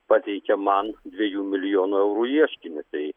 pateikė man dviejų milijonų eurų ieškinį tai